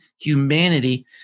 humanity